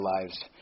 lives